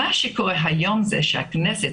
מה שקורה היום זה שהכנסת,